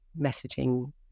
messaging